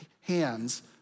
hands